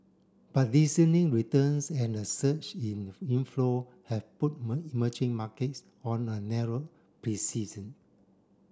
but returns and a surge in inflow have put merging markets on a narrow